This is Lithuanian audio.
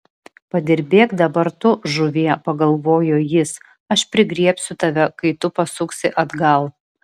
padirbėk dabar tu žuvie pagalvojo jis aš prigriebsiu tave kai tu pasuksi atgal